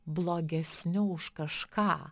blogesniu už kažką